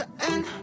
end